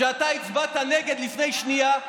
שאתה הצבעת נגד לפני שנייה,